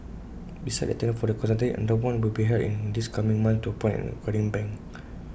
besides the tender for the consultancy another one will be held in this coming months to appoint an acquiring bank